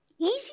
Easy